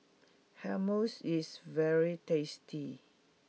Hummus is very tasty